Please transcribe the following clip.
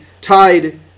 tied